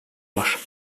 var